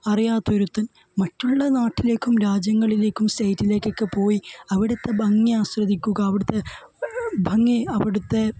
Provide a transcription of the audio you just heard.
അറിയാതൊരുത്തൻ മറ്റുള്ള നാട്ടിലേക്കും രാജ്യങ്ങളിലേക്കും സ്റ്റേറ്റിലേക്കൊക്കെ പോയി അവിടുത്തെ ഭംഗി ആസ്വദിക്കുക അവിടുത്തെ ഭംഗി അവിടുത്തെ